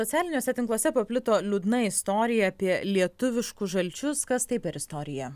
socialiniuose tinkluose paplito liūdna istorija apie lietuviškus žalčius kas tai per istorija